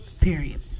period